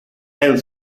and